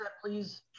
please